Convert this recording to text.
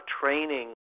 training